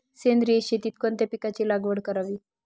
सेंद्रिय शेतीत कोणत्या पिकाची लागवड करावी?